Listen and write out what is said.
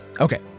Okay